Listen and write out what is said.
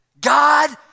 God